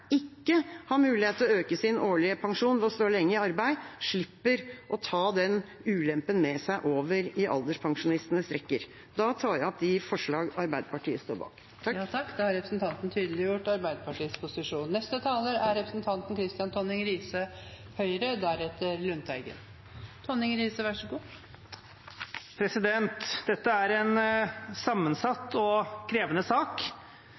ikke har mulighet til å øke sin årlige pensjon ved å stå lenge i arbeid, slipper å ta den ulempen med seg over i alderspensjonistenes rekker Da tar jeg opp de forslagene Arbeiderpartiet står bak. Representanten Lise Christoffersen har tatt opp de forslagene hun refererte til. Dette er en sammensatt og krevende sak, både fordi den tar for seg et innviklet sakskompleks, og fordi det er